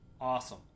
Awesome